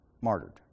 martyred